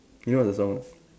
you know what's the song not